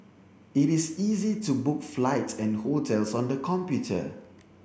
it is easy to book flights and hotels on the computer